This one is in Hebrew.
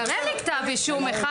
תראה לי כתב אישום אחד.